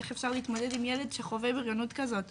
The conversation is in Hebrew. איך אפשר להתמודד עם ילד שחווה בריונות כזאת ובעצם,